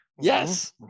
Yes